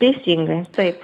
teisingai taip